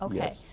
um yes.